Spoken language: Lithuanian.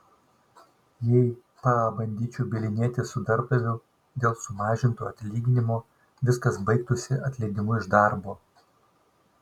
jei pabandyčiau bylinėtis su darbdaviu dėl sumažinto atlyginimo viskas baigtųsi atleidimu iš darbo